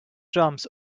jumps